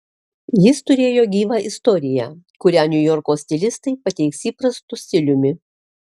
jis turėjo gyvą istoriją kurią niujorko stilistai pateiks įprastu stiliumi